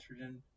estrogen